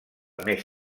més